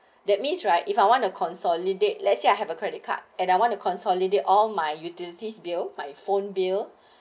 that means right if I want to consolidate let's say I have a credit card and I want to consolidate all my utilities bill my phone bill